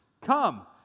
Come